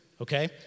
okay